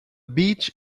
beach